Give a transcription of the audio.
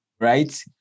Right